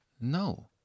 no